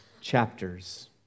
chapters